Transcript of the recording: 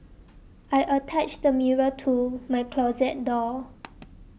I attached a mirror to my closet door